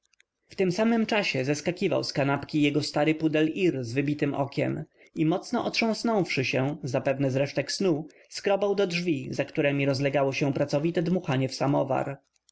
w tym samym czasie zeskakiwał z kanapki jego stary pudel ir z wybitem okiem i mocno otrząsnąwszy się zapewne z resztek snu skrobał do drzwi za któremi rozlegało się pracowite dmuchanie w samowar